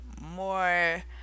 more